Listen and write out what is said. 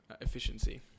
efficiency